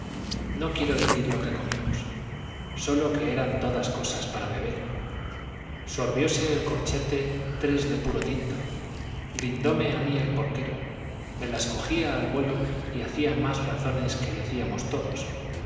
no quiero decir lo que comimos sólo que eran todas cosas para beber sorbióse el corchete tres de puro tinto brindóme a mí el porquero me las cogía al vuelo y hacía más razones que decíamos todos